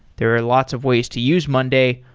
there are lots of ways to use monday,